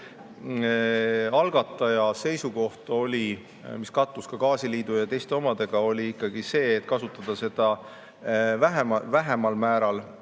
Algataja seisukoht, mis kattus ka gaasiliidu ja teiste omadega, oli ikkagi see, et kasutada seda vähemal määral,